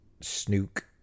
snook